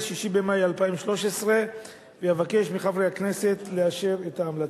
6 במאי 2013. אבקש מחברי הכנסת לאשר את ההמלצה.